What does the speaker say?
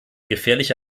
gefährliche